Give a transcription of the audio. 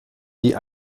die